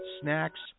snacks